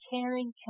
caring